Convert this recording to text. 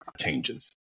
changes